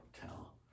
tell